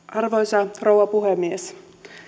arvoisa rouva puhemies